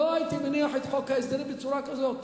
לא הייתי מניח את חוק ההסדרים בצורה כזאת,